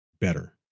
better